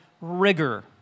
rigor